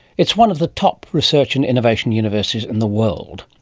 it's one of the top research and innovation universities in the world.